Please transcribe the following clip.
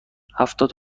هفتاد